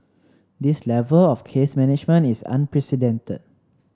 this level of case management is unprecedented